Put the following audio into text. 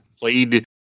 played